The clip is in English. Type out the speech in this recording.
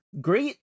great